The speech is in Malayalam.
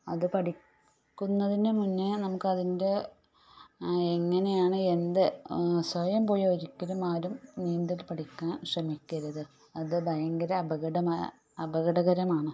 അത് പഠിക്കുന്നതിന് മുന്നേ നമുക്കതിൻ്റെ എങ്ങനെയാണ് എന്ത് സ്വയം പോയി ഒരിക്കലും ആരും നീന്തൽ പഠിക്കാൻ ശ്രമിക്കരുത് അത് ഭയങ്കര അപകടകരമാണ്